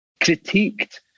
critiqued